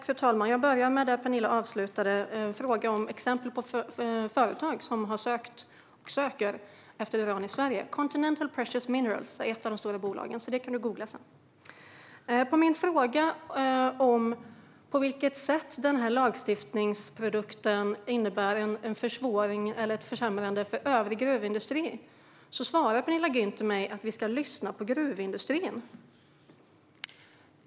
Fru talman! Jag börjar med det som Penilla avslutade med. Hon efterfrågade exempel på företag som har sökt och söker efter uran i Sverige. Continental Precious Minerals är ett av de stora bolag som gör det. Det kan du googla på sedan, Penilla. På min fråga om hur denna lagstiftningsprodukt innebär en försvåring eller en försämring för övrig gruvindustri svarar Penilla Gunther mig att vi ska lyssna på gruvindustrin.